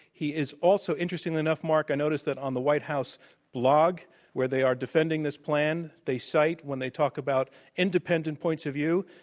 he is also interestingly enough, mark, i notice that on the white house blog where they are defending this plan, they cite, when they talk about independent points of view,